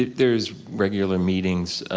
there's regular meetings,